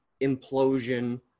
implosion